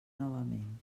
novament